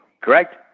correct